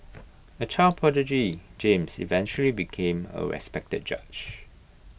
A child prodigy James eventually became A respected judge